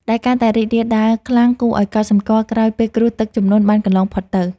ដែលកាន់តែរីករាលដាលខ្លាំងគួរឱ្យកត់សម្គាល់ក្រោយពេលគ្រោះទឹកជំនន់បានកន្លងផុតទៅ។